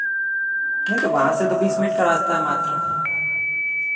नहीं तो वहाँ से तो बीस मिनट का रास्ता है मात्र